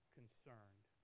concerned